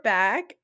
back